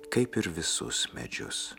kaip ir visus medžius